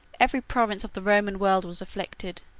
every province of the roman world was afflicted,